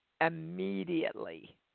immediately